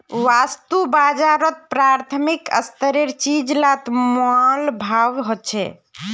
वास्तु बाजारोत प्राथमिक स्तरेर चीज़ लात मोल भाव होछे